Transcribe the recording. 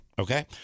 Okay